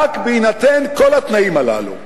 רק בהינתן כל התנאים הללו,